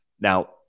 Now